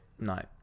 no